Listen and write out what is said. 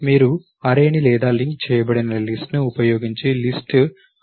మీరు అర్రేని లేదా లింక్ చేయబడిన లిస్ట్ ను ఉపయోగించి లిస్ట్ అమలును చేయవచ్చు